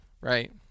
Right